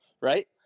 right